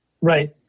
Right